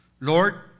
Lord